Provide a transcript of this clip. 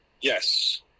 Yes